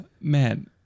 Man